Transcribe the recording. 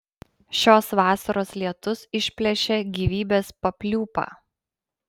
šios vasaros lietus išplėšė gyvybės papliūpą